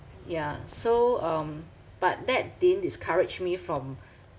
yeah so um but that didn't discourage me from